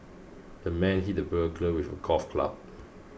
the man hit the burglar with golf club